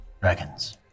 Dragons